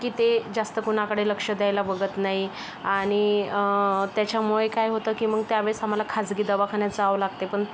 की ते जास्त कुणाकडे लक्ष द्यायला बघत नाही आणि त्याच्यामुळे काय होतं की मग त्यावेळेस आम्हाला खाजगी दवाखान्यात जावं लागते पण